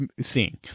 seeing